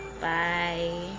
bye